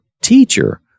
Teacher